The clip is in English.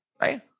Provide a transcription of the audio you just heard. right